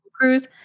Cruise